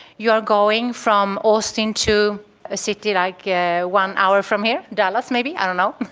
you are going from austin to a city like yeah one hour from here, dallas maybe, i don't know.